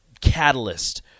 catalyst